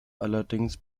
allerdings